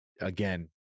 again